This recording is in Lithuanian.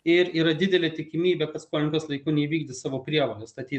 ir yra didelė tikimybė kad skolininkas laiku neįvykdys savo prievolės tad jei